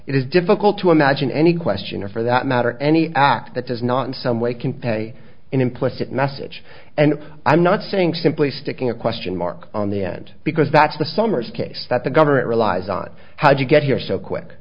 it is difficult to imagine any question or for that matter any act that does not in some way can pay an implicit message and i'm not saying simply sticking a question mark on the end because that's the summers case that the government relies on how did you get here so quick